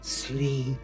Sleep